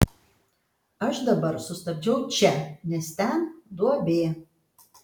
aš dabar sustabdžiau čia nes ten duobė